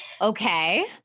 Okay